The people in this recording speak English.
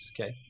Okay